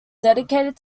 dedicated